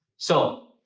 so.